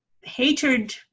hatred